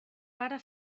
pare